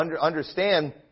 understand